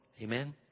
Amen